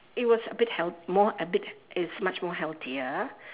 it was a bit health~ more a bit it's much more healthier